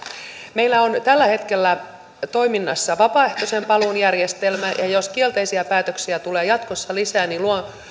meillä on tällä hetkellä toiminnassa vapaaehtoisen paluun järjestelmä ja ja jos kielteisiä päätöksiä tulee jatkossa lisää niin